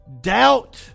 Doubt